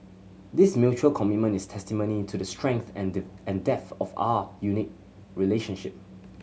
this mutual commitment is testimony to the strength and and depth of our unique relationship